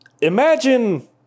Imagine